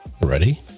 Ready